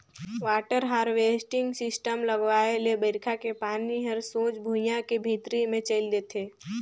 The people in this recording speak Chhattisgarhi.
वाटर हारवेस्टिंग सिस्टम लगवाए ले बइरखा के पानी हर सोझ भुइयां के भीतरी मे चइल देथे